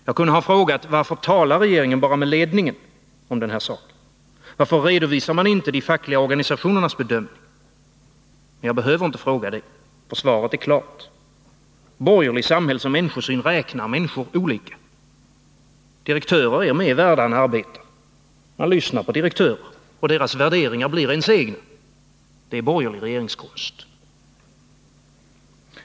Jag kunde ha frågat: Varför talar regeringen bara med ledningen om den här saken? Varför redovisar man inte de fackliga organisationernas bedömning? Men jag behöver inte fråga det. Svaret är klart. Borgerlig samhällsoch människosyn räknar människor olika. Direktörer är mer värda än arbetare. Man lyssnar på direktörer. Deras värderingar blir ens egna. Det är borgerlig regeringskonst.